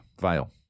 veil